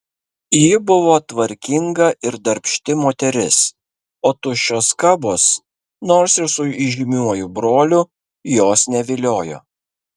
ji buvo tvarkinga ir darbšti moteris o tuščios kabos nors ir su įžymiuoju broliu jos neviliojo